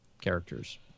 characters